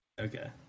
okay